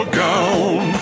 gown